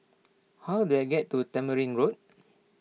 how do I get to Tamarind Road